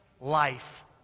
life